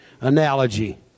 analogy